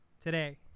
Today